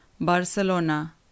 Barcelona